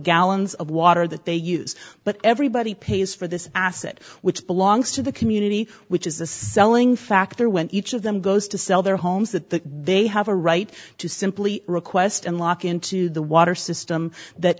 gallons of water that they use but everybody pays for this asset which belongs to the community which is a selling factor when each of them goes to sell their homes that they have a right to simply request and lock into the water system that